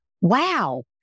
Wow